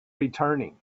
returning